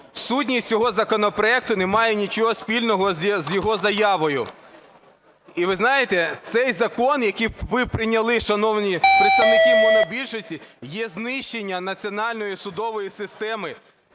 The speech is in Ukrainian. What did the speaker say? Сутність цього законопроекту не має нічого спільного з його заявою. І ви знаєте, цей закон, який ви прийняли, шановні представники монобільшості, є знищенням національної судової системи.